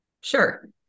sure